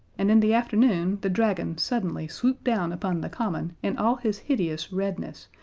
and in the afternoon the dragon suddenly swooped down upon the common in all his hideous redness,